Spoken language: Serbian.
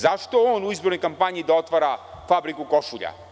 Zašto on u izbornoj kampanji da otvara fabriku košulja?